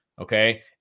okay